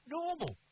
normal